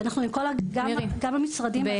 ואנחנו גם המשרדים -- מירי,